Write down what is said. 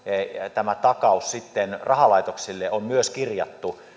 tämä ta kaus ei pääomitu rahalaitoksille on kirjattu